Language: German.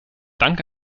dank